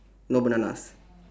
no bananas